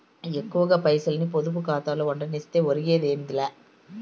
ఎక్కువ పైసల్ని పొదుపు కాతాలో ఉండనిస్తే ఒరిగేదేమీ లా